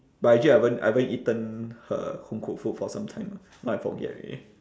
but actually I haven't I haven't eaten her home cooked food for some time ah now I forget already